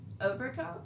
Overcome